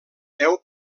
deu